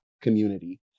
community